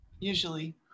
usually